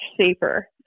safer